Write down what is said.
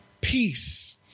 peace